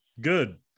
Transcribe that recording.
good